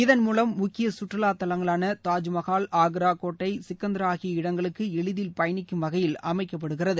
இதன்மூலம் முக்கிய கற்றுவா தலங்களான தாஜ்மகால் ஆக்ரா கோட்டை சிக்கந்தரா ஆகிய இடங்களுக்கு எளிதில் பயணிக்கும் வகையில் அமைக்கப்படுகிறது